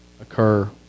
occur